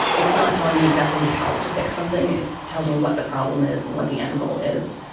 it's not telling me exactly how to fix something. it's tells me what the problem is and what the end goal is.